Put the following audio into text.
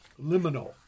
Liminal